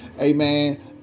Amen